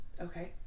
Okay